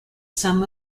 sum